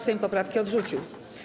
Sejm poprawki odrzucił.